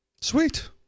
Sweet